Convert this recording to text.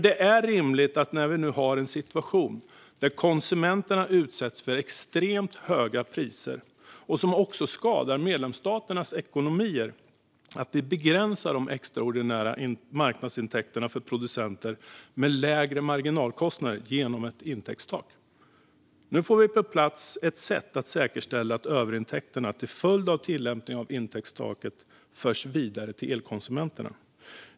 Det är rimligt nu när vi har en situation där konsumenterna utsätts för extremt höga priser som också skadar medlemsstaternas ekonomier att vi begränsar de extraordinära marknadsintäkterna för producenter med lägre marginalkostnader genom ett intäktstak. Nu får vi på plats ett sätt att säkerställa att överintäkterna till följd av tillämpningen av intäktstaket förs vidare till elkonsumenterna.